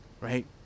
Right